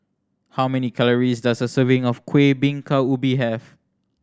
how many calories does a serving of Kuih Bingka Ubi have